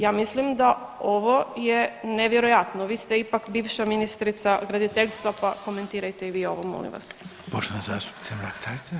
Ja mislim da ovo je nevjerojatno, vi ste ipak bivša ministrica graditeljstva, pa komentirajte i vi ovo molim vas.